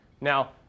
Now